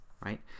right